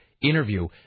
interview